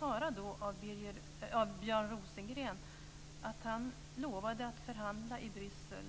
Man hade fått löfte av Björn Rosengren att han skulle förhandla i Bryssel